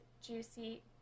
juicy